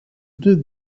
deux